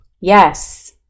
Yes